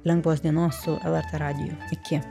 lengvos dienos su lrt radiju iki